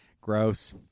Gross